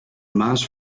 maas